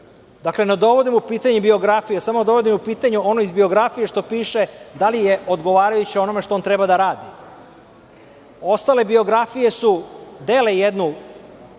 Dakle, ne dovodim u pitanje biografiju, ja samo dovodim u pitanje ono iz biografije što piše, da li je odgovarajuće onome što on treba da radi. Ostale biografije dele jednu